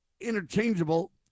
interchangeable